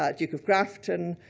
ah duke of grafton,